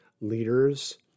leaders